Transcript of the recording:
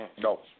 No